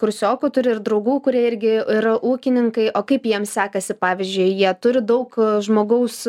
kursiokų turi ir draugų kurie irgi yra ūkininkai o kaip jiem sekasi pavyzdžiui jie turi daug žmogaus